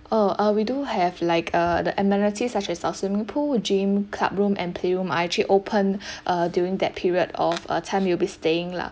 uh uh we do have like uh the amenities such as our swimming pool gym club room and playroom are actually open uh during that period of uh time you'll be staying lah